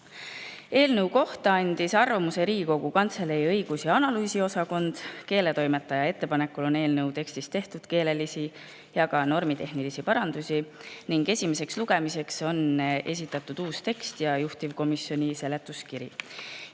Eelnõu kohta andis arvamuse Riigikogu Kantselei õigus‑ ja analüüsiosakond. Keeletoimetaja ettepanekul on eelnõu tekstis tehtud keelelisi ja ka normitehnilisi parandusi ning esimeseks lugemiseks on esitatud uus tekst ja juhtivkomisjoni seletuskiri.